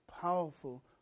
powerful